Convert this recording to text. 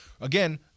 Again